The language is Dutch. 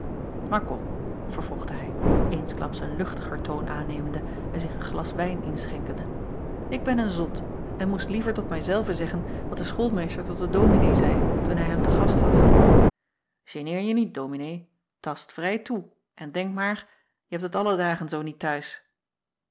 maar kom vervolgde hij eensklaps een luchtiger toon aannemende en zich een glas wijn inschenkende ik ben een zot en moest liever tot mij zelven zeggen wat de schoolmeester tot den ominee zeî toen hij hem te gast had geneer je niet ominee tast vrij toe en denk maar je hebt het alle dagen zoo niet t huis